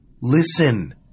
listen